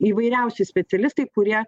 įvairiausi specialistai kurie